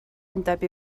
undeb